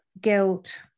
guilt